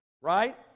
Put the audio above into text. Right